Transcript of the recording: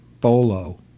bolo